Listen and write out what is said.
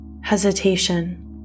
hesitation